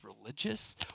religious